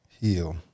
Heal